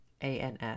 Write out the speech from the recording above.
ANS